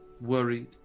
worried